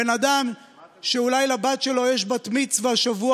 בן אדם שאולי יש לבת שלו בת-מצווה בשבוע